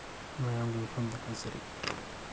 ꯃꯌꯥꯝꯒꯤ ꯃꯐꯝꯗ ꯍꯥꯏꯖꯔꯤ